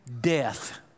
death